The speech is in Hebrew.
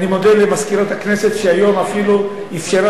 אני מודה למזכירת הכנסת שאפילו אפשרה